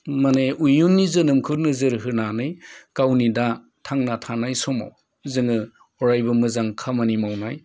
माने इयुननि जोनोमखौ नोजोर होनानै गावनि दा थांना थानाय समाव जोङो अरायबो मोजां खामानि मावनाय